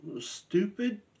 stupid